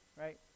right